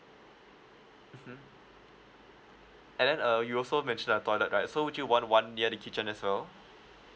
mmhmm and then uh you also mentioned a toilet right so would you want one near the kitchen as well